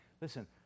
listen